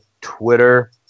Twitter